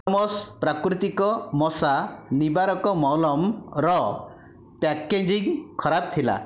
ମସ୍ ପ୍ରାକୃତିକ ମଶା ନିବାରକ ମଲମର ପ୍ୟାକେଜିଙ୍ଗ୍ ଖରାପ ଥିଲା